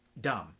dumb